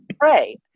pray